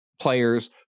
players